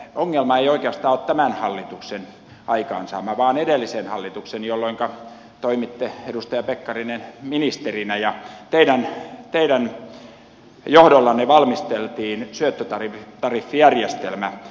ongelma ei oikeastaan ole tämän hallituksen aikaansaama vaan edellisen hallituksen jolloinka edustaja pekkarinen toimitte ministerinä ja teidän johdollanne valmisteltiin syöttötariffijärjestelmä